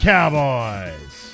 Cowboys